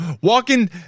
walking